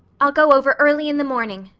i'll go over early in the morning,